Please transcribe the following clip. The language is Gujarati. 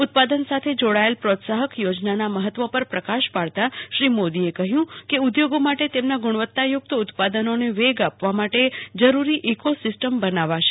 ઉત્પાદન સાથે જોડાયેલ પ્રોત્સાહક યોજનાના મહત્વ પર પ્રકાશ પાડતાં શ્રી મોદીએ કહયું કે ઉ દ્યોગો માટે તેમના ગુણવતાયુકત ઉત્પાદનોને વેગ આપવા માટે આપવા માટે જરૂરી ઈકોસિસ્ટમ બનાવ શે